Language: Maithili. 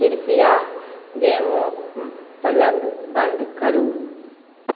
कृपआ वेमो प्लग बंद करू